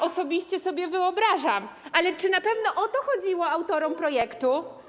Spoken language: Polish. Osobiście sobie wyobrażam, ale czy na pewno o to chodziło autorom projektu?